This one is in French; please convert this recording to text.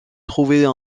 trouver